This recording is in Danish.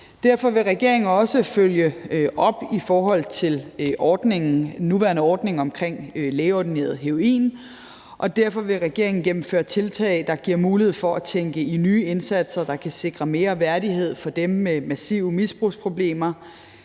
Derfor vil regeringen også følge op i forhold til den nuværende ordning omkring lægeordineret heroin, og derfor vil regeringen gennemføre tiltag, der giver mulighed for at tænke i nye indsatser, der kan sikre mere værdighed for dem med massive misbrugsproblemer.